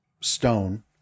stone